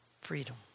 Freedom